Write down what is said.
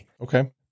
Okay